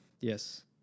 Yes